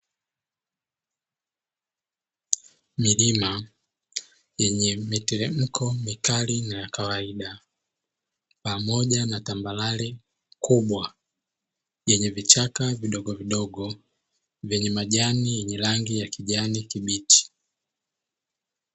Milima yenye miteremko mikali na ya kawaida pamoja na tambarare kubwa yenye vichaka vidogo vidogo, vyenye majani yenye rangi ya kijani kibichi.